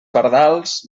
pardals